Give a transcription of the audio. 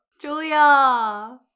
julia